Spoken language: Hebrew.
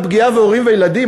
בפגיעה בהורים וילדים,